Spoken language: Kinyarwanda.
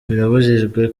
birabujijwe